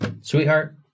sweetheart